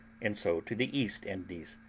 and so to the east indies.